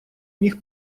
міг